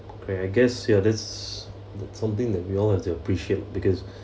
and I guess ya that's that's something that you all have to appreciate because